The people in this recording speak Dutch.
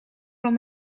van